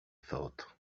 thought